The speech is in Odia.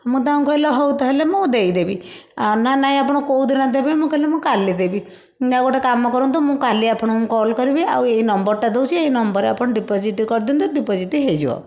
ମୁଁ ତାଙ୍କୁ କହିଲି ହଉ ତାହେଲେ ମୁଁ ଦେଇ ଦେବି ନା ନାହିଁ ଆପଣ କେଉଁ ଦିନ ଦେବେ ମୁଁ କହିଲି ମୁଁ କାଲି ଦେବି ନା ଗୋଟେ କାମ କରନ୍ତୁ ମୁଁ କାଲି ଅପଣଙ୍କୁ କଲ୍ କରିବି ଆଉ ଏଇ ନମ୍ବର ଟା ଦେଉଛି ଏଇ ନମ୍ବରରେ ଆପଣ ଡିପୋଜିଟ୍ କରିଦିଅନ୍ତୁ ଡିପୋଜିଟ୍ ହେଇଯିବ